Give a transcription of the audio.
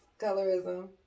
colorism